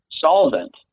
solvent